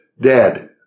dead